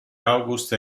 august